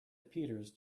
peters